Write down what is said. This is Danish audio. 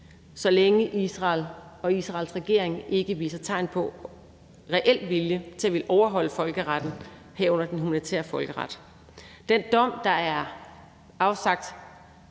så længe Israel og Israels regering ikke viser tegn på reel vilje til at overholde folkeretten, herunder den humanitære folkeret.